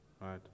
Right